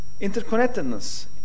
Interconnectedness